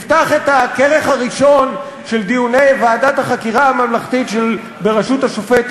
תפתח את הכרך הראשון של דיוני ועדת החקירה הממלכתית בראשות השופט